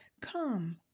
Come